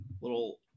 little